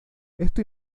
esto